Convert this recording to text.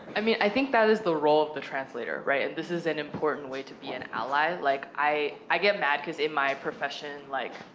i mean, i think that is the role of the translator, right? this is an important way to be an ally. like, i i get mad, cause in my profession, like,